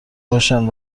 باشم